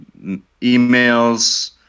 emails